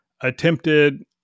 attempted